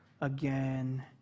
again